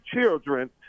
children